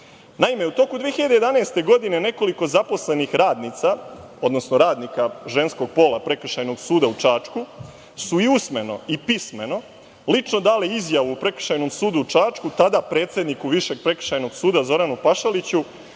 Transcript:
Naime, u toku 2011. godine nekoliko zaposlenih radnica, odnosno radnika ženskog pola, Prekršajnog suda u Čačku su i usmeno i pismeno lično dale izjavu Prekršajnom sudu u Čačku, tada predsedniku Višeg prekršajnog suda, Zoranu Pašaliću,